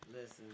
Listen